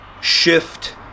shift